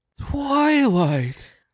Twilight